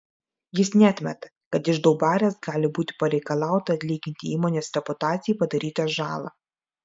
jis neatmeta kad iš daubarės gali būti pareikalauta atlyginti įmonės reputacijai padarytą žalą